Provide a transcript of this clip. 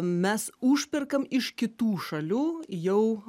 mes užperkam iš kitų šalių jau